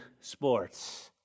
sports